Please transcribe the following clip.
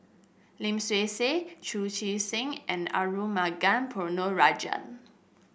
Lim Swee Say Chu Chee Seng and Arumugam Ponnu Rajah